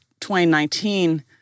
2019